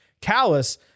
Callus